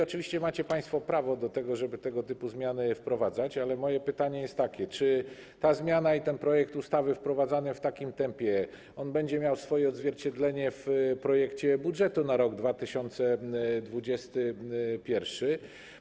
Oczywiście macie państwo prawo do tego, żeby tego typu zmiany wprowadzać, ale moje pytanie jest takie: Czy ta zmiana, ten projekt ustawy wprowadzany w takim tempie będzie miał swoje odzwierciedlenie w projekcie budżetu na rok 2021?